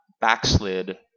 backslid